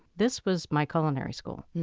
this was my culinary school.